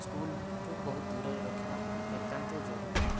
ସ୍କୁଲଠୁ ବହୁତ ଦୂରରେ ରଖିବା ଏକାନ୍ତ ଜରୁରୀ